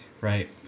Right